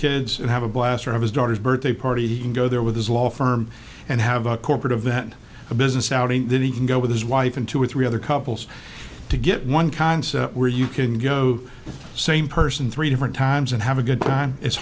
kids and have a blast of his daughter's birthday party he can go there with his law firm and have a corporate event business out and then he can go with his wife and two or three other couples to get one concept where you can go to same person three different times and have a good time it's